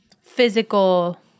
physical